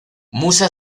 musa